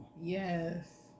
Yes